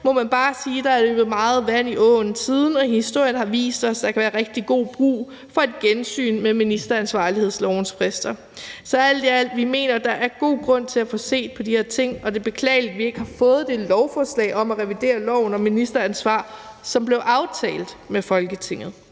må man bare sige, at der er løbet meget vand i åen siden, og historien har vist os, at der kan være rigtig god brug for et gensyn med ministeransvarlighedslovens frister. Så alt i alt mener vi, at der er god grund til at få set på de her ting, og at det er beklageligt, at vi ikke har fået det lovforslag om at revidere loven om ministeransvar, som blev aftalt med Folketinget.